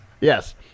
Yes